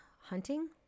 hunting